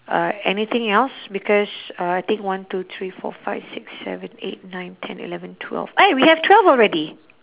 uh anything else because uh I think one two three four five six seven eight nine ten eleven twelve eh we have twelve already